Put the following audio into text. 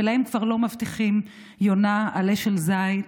ולהם כבר לא מבטיחים יונה, עלה של זית,